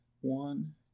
One